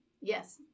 Yes